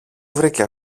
βρήκε